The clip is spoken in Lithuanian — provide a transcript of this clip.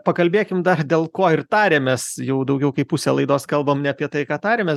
pakalbėkim dar dėl ko ir tarėmės jau daugiau kaip pusę laidos kalbam ne apie tai ką tarėmės